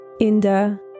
Inda